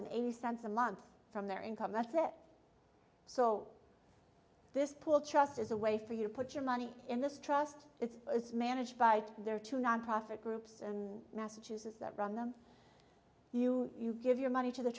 and eighty cents a month from their income that's it so this pool trust is a way for you to put your money in this trust it's as managed by their two nonprofit groups and massachusetts that run them you give your money to the